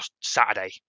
Saturday